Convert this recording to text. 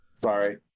sorry